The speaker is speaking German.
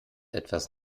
etwas